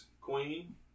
Queen